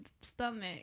stomach